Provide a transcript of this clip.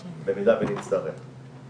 אני מבקש אם אפשר לשתף את המצגת שהכנו,